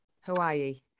Hawaii